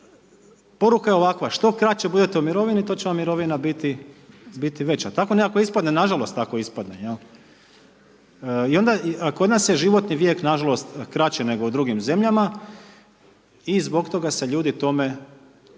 poruka je ovakva što kraće budete u mirovini to će vam mirovina biti veća. Tako nekako ispadne, nažalost tako ispadne, jel, i onda kod nas je životni vijek nažalost kraće nego u drugim zemljama i zbog toga se ljudi tome